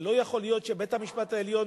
אבל לא יכול להיות שבית-המשפט העליון,